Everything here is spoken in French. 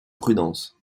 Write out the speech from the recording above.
prudence